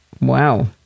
Wow